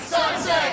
Sunset